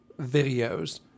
videos